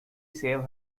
save